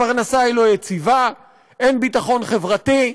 הפרנסה לא יציבה, אין ביטחון חברתי.